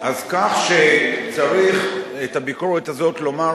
אז כך שצריך את הביקורת הזאת לומר